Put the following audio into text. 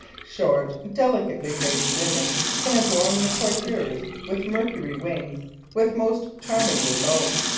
short, delicately-faced women can adorn their coiffures with mercury wings with most charming results.